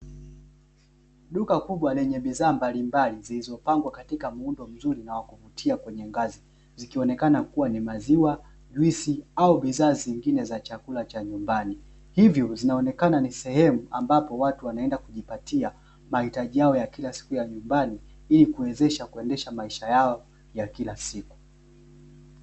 Duka kubwa lenye bidhaa mbalimbali zilizopangwa katika muundo mzuri na wa kuvutia kwenye ngazi, zikionekana kuwa ni maziwa, juisi au bidhaa zingine za chakula cha nyumbani. Hivyo zinaonekana ni sehemu ambapo watu wanaenda kujipatia mahitaji yao ya kila siku ya nyumbani, ili kuwezesha kuendesha maisha yao ya kila siku.